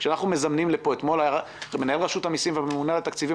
כשאנחנו מזמנים לפה אתמול מנהל רשות המסים והממונה על התקציבים